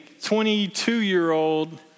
22-year-old